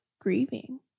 grieving